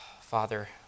Father